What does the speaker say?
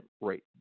rate